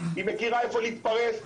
היא מכירה איפה להתפרס,